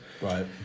Right